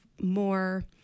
more